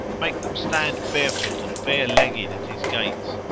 make them stand barefoot and barelegged at his gates,